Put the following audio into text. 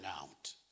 out